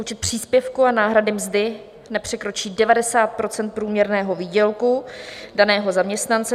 Součet příspěvku a náhrady mzdy nepřekročí 90 % průměrného výdělku daného zaměstnance.